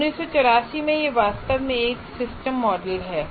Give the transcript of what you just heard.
1984 से यह वास्तव में एक सिस्टम मॉडल है